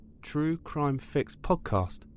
truecrimefixpodcast